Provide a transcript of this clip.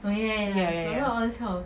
ya ya ya